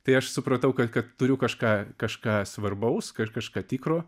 tai aš supratau kad kad turiu kažką kažką svarbaus ir kažką tikro